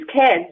kids